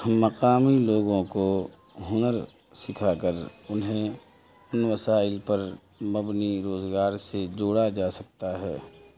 مقامی لوگوں کو ہنر سکھا کر انہیں ان وسائل پر مبنی روزگار سے جوڑا جا سکتا ہے